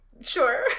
Sure